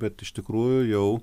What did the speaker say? bet iš tikrųjų jau